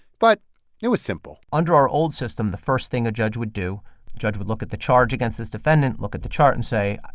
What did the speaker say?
but it was simple under our old system, the first thing a judge would do, the judge would look at the charge against this defendant, look at the chart and say,